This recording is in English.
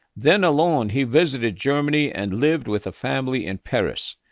then alone, he visited germany and lived with a family in paris,